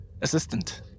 Assistant